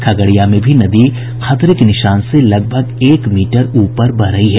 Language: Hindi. खगड़िया में भी नदी खतरे के निशान से लगभग एक मीटर ऊपर बह रही है